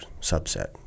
subset